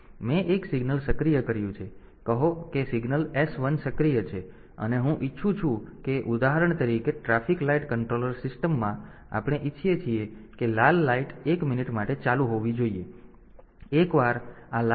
તેથી મેં એક સિગ્નલ સક્રિય કર્યું છે કહો કે સિગ્નલ s 1 સક્રિય છે અને હું ઇચ્છું છું કે ઉદાહરણ તરીકે ટ્રાફિક લાઇટ કંટ્રોલર સિસ્ટમમાં આપણે ઇચ્છીએ છીએ કે લાલ લાઇટ 1 મિનિટ માટે ચાલુ હોવી જોઈએ